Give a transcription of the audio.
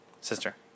Sister